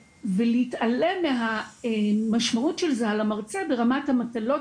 ולהתעלם מהמשמעות של זה על המרצה ברמת המטלות